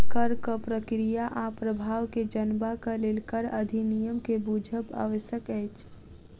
करक प्रक्रिया आ प्रभाव के जनबाक लेल कर अधिनियम के बुझब आवश्यक अछि